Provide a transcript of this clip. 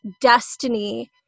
destiny